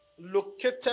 located